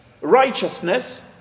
righteousness